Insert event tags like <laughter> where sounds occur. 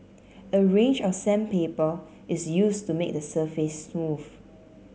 <noise> a range of sandpaper is used to make the surface smooth